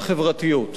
הגירעון,